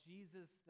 Jesus